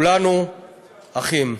כולנו אחים.